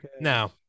Now